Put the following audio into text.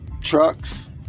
trucks